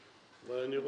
ואני רואה, לפי הסגנון,